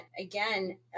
again